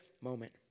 moment